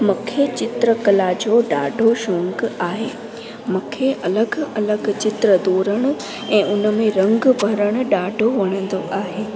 मूंखे चित्रकला जो ॾाढो शौक़ु आहे मूंखे अलॻि अलॻि चित्र दौरण ऐं उन में रंगु भरणु ॾाढो वणंदो आहे